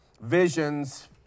visions